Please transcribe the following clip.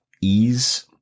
ease